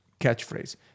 catchphrase